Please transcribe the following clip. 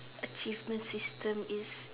achievement system is